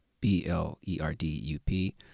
B-L-E-R-D-U-P